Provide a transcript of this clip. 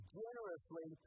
generously